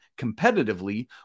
competitively